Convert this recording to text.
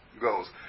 goes